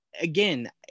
again –